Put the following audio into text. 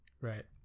Right